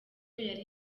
yari